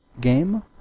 game